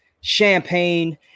champagne